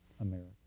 America